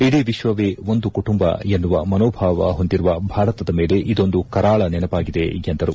ಇಡೀ ವಿಶ್ವವೇ ಒಂದು ಕುಟುಂಬ ಎನ್ನುವ ಮನೋಭಾವ ಹೊಂದಿರುವ ಭಾರತದ ಮೇಲೆ ಇದೊಂದು ಕರಾಳ ನೆನಪಾಗಿದೆ ಎಂದರು